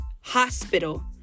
hospital